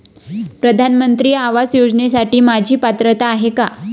प्रधानमंत्री आवास योजनेसाठी माझी पात्रता आहे का?